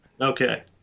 Okay